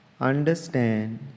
Understand